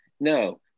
no